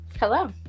hello